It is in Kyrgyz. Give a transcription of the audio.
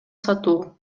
сатуу